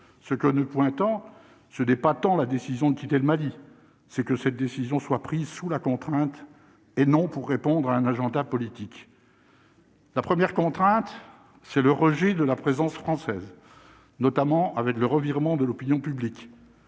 ce que ne pointant ce n'est pas tant la décision de quitter le Mali, c'est que cette décision soit prise sous la contrainte et non pour répondre à un agenda politique. La première contrainte, c'est le rejet de la présence française, notamment avec le revirement de l'opinion publique,